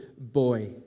boy